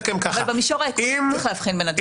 במישור העקרוני צריך להבחין בין הדברים.